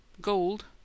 Gold